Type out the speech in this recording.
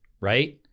right